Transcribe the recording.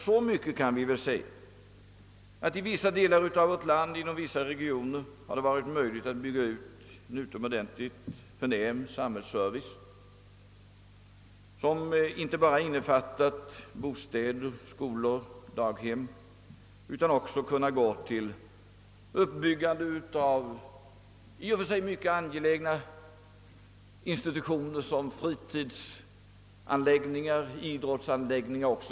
Så mycket kan väl emellertid sägas som att det i vissa regioner varit möjligt att bygga ut en synnerligen förnämlig samhällsservice som inte bara har innefattat bostäder, skolor och daghem utan även kunnat utsträckas till i och för sig mycket angelägna institutioner, såsom fritidsoch idrottsanläggningar m.m.